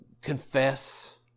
confess